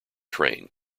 train